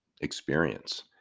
experience